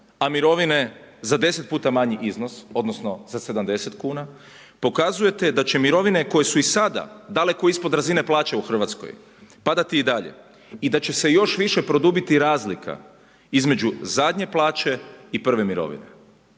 a mirovine za 10 puta manji iznos odnosno za 70 kuna, pokazujete da će mirovine koje su i sada daleko ispod razine plaće u Hrvatskoj padati i dalje i da će se još više produbiti razlika između zadnje plaće i prve mirovine